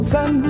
Sun